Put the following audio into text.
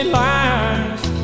lies